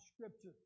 scripture